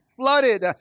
flooded